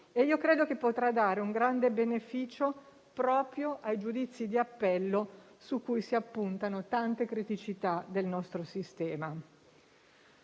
e credo che potrà dare un grande beneficio proprio ai giudizi di appello, su cui si appuntano tante criticità del nostro sistema.